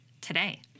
today